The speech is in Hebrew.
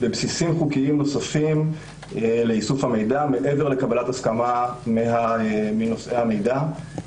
בבסיסים חוקיים נוספים לאיסוף המידע מעבר לקבלת הסכמה מנושאי המידע.